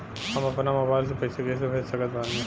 हम अपना मोबाइल से पैसा कैसे भेज सकत बानी?